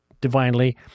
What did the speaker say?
divinely